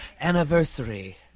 anniversary